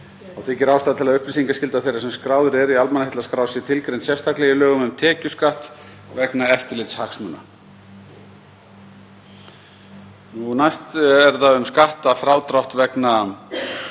Þá þykir ástæða til að upplýsingaskylda þeirra sem skráðir eru í almannaheillaskrá sé tilgreind sérstaklega í lögum um tekjuskatt, vegna eftirlitshagsmuna. Næst er það um skattfrádrátt vegna